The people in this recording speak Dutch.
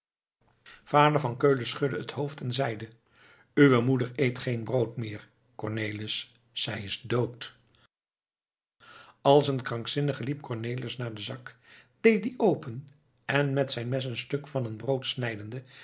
vader van keulen schudde het hoofd en zeide uwe moeder eet geen brood meer cornelis zij is dood als een krankzinnige liep cornelis naar den zak deed dien open en met zijn mes een stuk van een brood snijdende